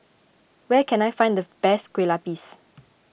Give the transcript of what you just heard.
where can I find the best Kue Lupis